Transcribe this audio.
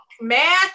math